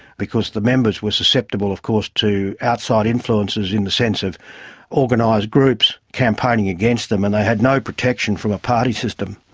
because the members were susceptible of course to outside influences in the sense of organised group's campaign against them, and they had no protection from the party system.